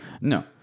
no